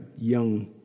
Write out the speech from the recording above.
young